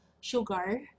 sugar